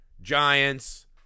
giants